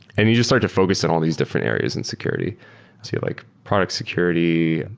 and you just start to focus on all these different areas in security too, like product security.